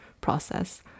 process